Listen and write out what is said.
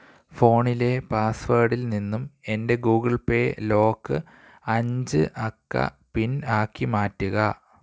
ഫോണിലെ പാസ്വേഡിൽ നിന്നും എന്റെ ഗൂഗിൾ പേ ലോക്ക് അഞ്ച് അക്ക പിൻ ആക്കി മാറ്റുക